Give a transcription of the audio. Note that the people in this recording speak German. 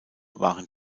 waren